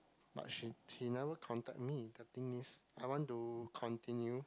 but she he never contact me the thing is I want to continue